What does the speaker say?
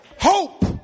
hope